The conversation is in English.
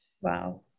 Wow